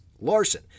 Larson